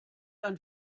ein